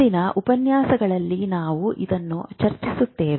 ಮುಂದಿನ ಉಪನ್ಯಾಸಗಳಲ್ಲಿ ನಾವು ಇದನ್ನು ಚರ್ಚಿಸುತ್ತೇವೆ